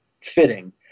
Fitting